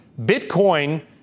Bitcoin